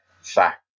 fact